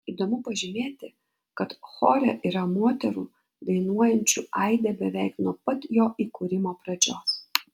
įdomu pažymėti kad chore yra moterų dainuojančių aide beveik nuo pat jo įkūrimo pradžios